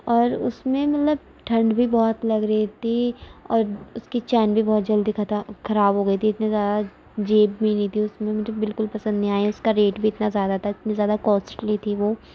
اور اس میں مطلب ٹھنڈ بھی بہت لگ رہی تھی اور اس کی چین بھی بہت جلدی خراب ہو گئی تھی اتنی زیادہ جیب بھی نہیں تھی اس میں مجھے بالکل پسند نہیں آئی اس کا ریٹ بھی اتنا زیادہ تھا اتنی زیادہ کوسٹلی تھی وہ